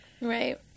right